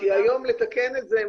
כי היום לתקן את זה,